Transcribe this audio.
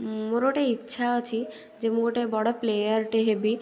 ମୋର ଗୋଟେ ଇଚ୍ଛା ଅଛି ଯେ ମୁଁ ଗୋଟେ ବଡ଼ ପ୍ଲେୟାର୍ଟେ ହେବି